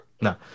No